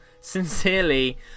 Sincerely